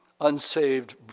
unsaved